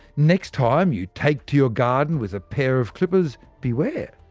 next time you take to your garden with a pair of clippers, beware.